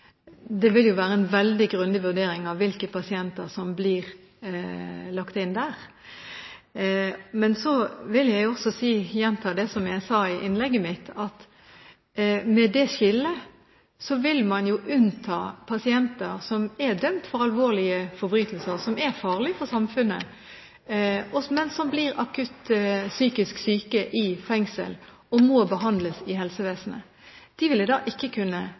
sikkerhet, vil det være en veldig grundig vurdering av hvilke pasienter som blir lagt inn der. Men jeg vil også gjenta det jeg sa i innlegget mitt, om at med det skillet vil man unnta pasienter som er dømt for alvorlige forbrytelser, og som er farlige for samfunnet, men som blir akutt psykisk syke i fengsel og må behandles i helsevesenet. De ville da ikke kunne